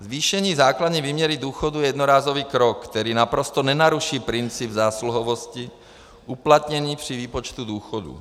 Zvýšení základní výměry důchodu je jednorázový krok, který naprosto nenaruší princip zásluhovosti uplatněný při výpočtu důchodu.